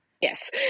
Yes